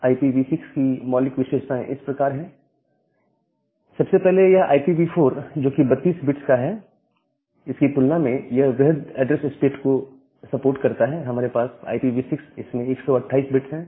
IPv6 की मौलिक विशेषताएं इस प्रकार हैं सबसे पहले यह IPv4 जो कि 32 बिट्स में का है की तुलना में यह बृहद ऐड्रेस स्पेस को सपोर्ट करता है हमारे पास IPv6 इसमें 128 बिट्स हैं